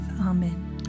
Amen